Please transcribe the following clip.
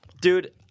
Dude